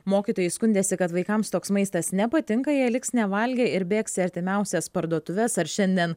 mokytojai skundėsi kad vaikams toks maistas nepatinka jie liks nevalgę ir bėgs į artimiausias parduotuves ar šiandien